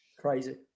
crazy